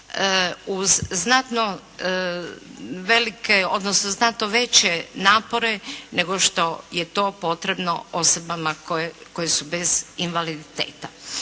znatne veće napore nego što je to potrebno osobama koje su bez invaliditeta.